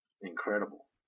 incredible